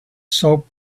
soap